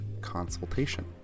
consultation